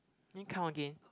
then count again